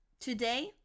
today